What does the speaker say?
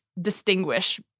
distinguish